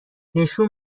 نشون